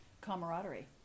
camaraderie